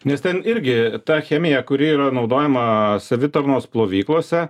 nes ten irgi ta chemija kuri yra naudojama savitarnos plovyklose